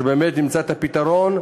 שבאמת יימצא הפתרון,